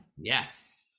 Yes